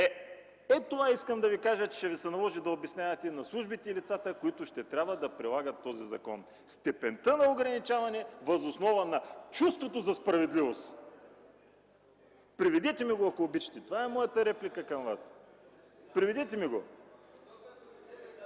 Ето това искам да Ви кажа, че ще Ви се наложи да обяснявате на службите и лицата, които ще трябва да прилагат този закон – степента на ограничаване въз основа на чувството за справедливост. Преведете ми го, ако обичате! Това е моята реплика към Вас. Преведете ми го!